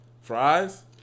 Fries